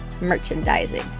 Merchandising